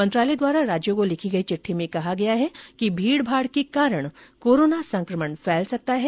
मंत्रालय द्वारा राज्यों को लिखी गई चिट्ठी में कहा गया है भीड भाड के कारण कोराना संक्रमण फैल सकता है